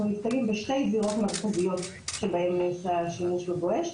נתקלים בשתי זירות מרכזיות שבהן יש את השימוש ב"בואש",